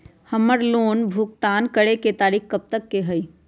हमार लोन भुगतान करे के तारीख कब तक के हई?